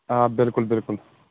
آ بِلکُل بِلکُل